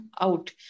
out